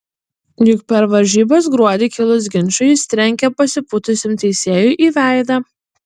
juk per varžybas gruodį kilus ginčui jis trenkė pasipūtusiam teisėjui į veidą